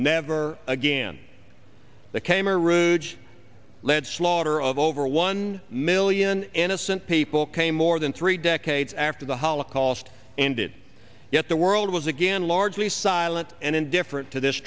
never again that came or ruge led slaughter of over one million innocent people came more than three decades after the holocaust ended yet the world was again largely silent and indifferent to this